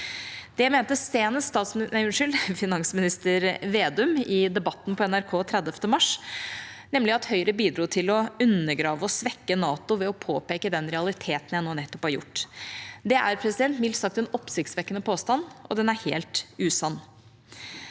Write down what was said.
Det mente senest finansminister Vedum i Debatten på NRK 30. mars, nemlig at Høyre bidro til å undergrave og svekke NATO ved å påpeke den realiteten jeg nå nettopp har påpekt. Det er mildt sagt en oppsiktsvekkende påstand, og den er helt usann.